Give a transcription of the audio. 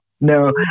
No